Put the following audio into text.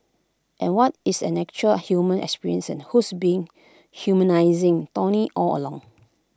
and what is an actual human experience and who's been humanising tony all along